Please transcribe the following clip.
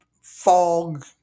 fog